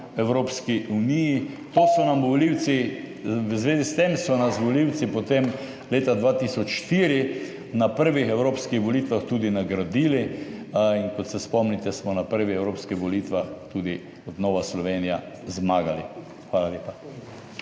Evropski uniji. To so nam volivci, v zvezi s tem so nas volivci potem leta 2004 na prvih evropskih volitvah tudi nagradili in kot se spomnite smo na prvih evropskih volitvah tudi Nova Slovenija zmagali. Hvala lepa.